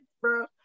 bro